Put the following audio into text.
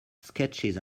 sketches